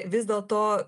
vis dėlto